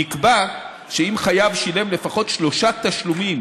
נקבע שאם חייב שילם לפחות שלושה תשלומים